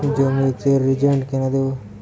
জমিতে রিজেন্ট কেন দেবো?